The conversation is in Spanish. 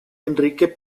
enrique